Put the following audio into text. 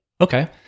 Okay